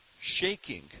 shaking